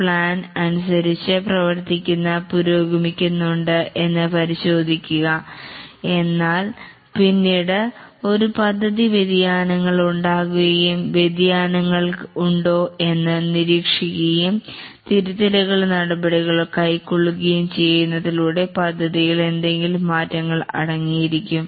plan അനുസരിച്ച് പ്രവർത്തി പുരോഗമിക്കുന്നുണ്ട് എന്ന് പരിശോധിക്കുക എന്നാൽ പിന്നീട് ഒരു പദ്ധതി വ്യതിയാനങ്ങൾ ഉണ്ടാകുകയും വ്യതിയാനങ്ങൾ ഉണ്ടോ എന്ന് നിരീക്ഷിക്കുകയും തിരുത്തൽ നടപടികൾ കൈക്കൊള്ളുകയും ചെയ്യുന്നതിലൂടെ പദ്ധതിയിൽ എന്തെങ്കിലും മാറ്റങ്ങൾ അടങ്ങിയിരിക്കും